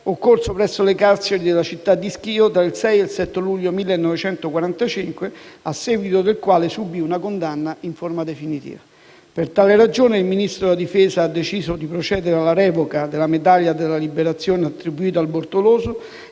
occorso presso le carceri della città di Schio tra il 6 e il 7 luglio 1945, a seguito del quale subì una condanna in forma definitiva. Per tale ragione, il Ministro della difesa ha deciso di procedere alla revoca della medaglia della liberazione attribuita al Bortoloso